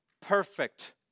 perfect